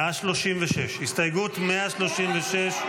הסתייגות 136,